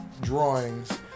drawings